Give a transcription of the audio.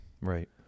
Right